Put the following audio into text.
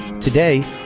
Today